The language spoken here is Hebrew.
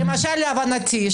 להבנתי,